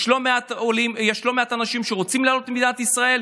יש לא מעט אנשים שרוצים לעלות למדינת ישראל,